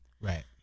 Right